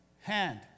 hand